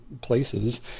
places